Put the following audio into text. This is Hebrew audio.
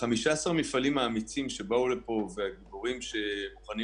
15 המפעלים האמיצים שבאו לפה והגיבורים שמוכנים